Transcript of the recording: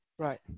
Right